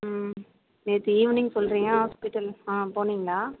நேற்று ஈவினிங் சொல்லுறீங்க ஹாஸ்பிடல் போனீங்களா